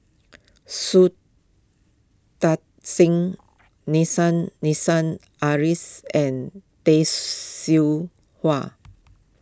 Shui Tit Sing Nissim Nassim Adis and Tay Seow Huah